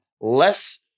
less